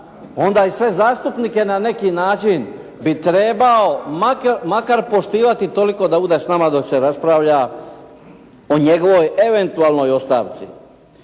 onda i sve zastupnike na neki način bi trebao makar poštivati toliko da bude s nama dok se raspravlja o njegovoj eventualnoj ostavci.